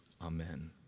Amen